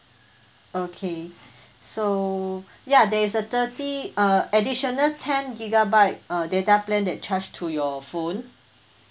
okay so ya there is a thirty uh additional ten gigabyte uh data plan that charge to your phone